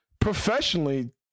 professionally